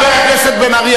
חבר הכנסת בן-ארי,